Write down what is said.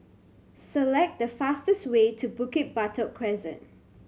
select the fastest way to Bukit Batok Crescent